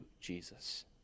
Jesus